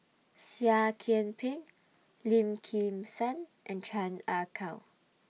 Seah Kian Peng Lim Kim San and Chan Ah Kow